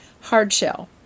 Hardshell